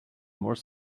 more